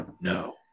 no